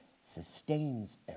sustains